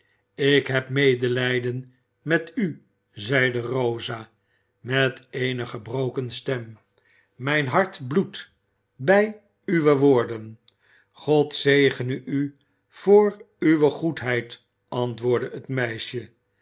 ik heb medelijden met u zeide rosa met eene gebroken stem mijn hart bloedt bij uwe woorden god zegene u voor uwe goedheid antwoordde het meisje